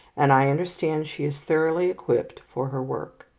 and i understand she is thoroughly equipped for her work.